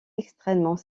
extrêmement